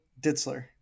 Ditzler